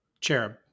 Cherub